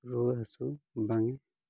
ᱨᱩᱣᱟᱹ ᱦᱟᱥᱩ ᱵᱟᱝ ᱮ